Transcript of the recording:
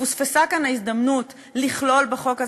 פוספסה כאן ההזדמנות לכלול בחוק הזה,